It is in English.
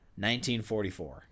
1944